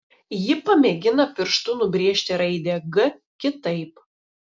ji pamėgina pirštu nubrėžti raidę g kitaip